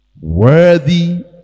Worthy